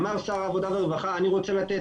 אמר שר העבודה והרווחה 'אני רוצה לתת